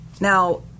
Now